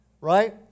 Right